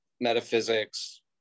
metaphysics